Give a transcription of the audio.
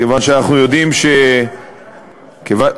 כיוון שאנחנו יודעים, מה עם האגרה?